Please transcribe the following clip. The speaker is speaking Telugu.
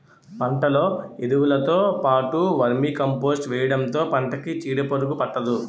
పంటలో ఎరువులుతో పాటు వర్మీకంపోస్ట్ వేయడంతో పంటకి చీడపురుగు పట్టదు